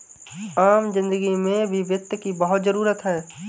आम जिन्दगी में भी वित्त की बहुत जरूरत है